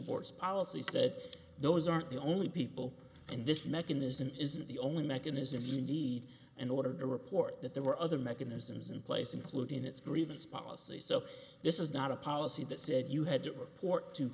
boards policies that those aren't the only people in this mechanism is the only mechanism you need in order to report that there were other mechanisms in place including its grievance policy so this is not a policy that said you had to report to